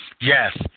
Yes